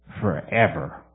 forever